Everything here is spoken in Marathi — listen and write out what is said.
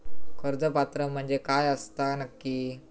कर्ज पात्र म्हणजे काय असता नक्की?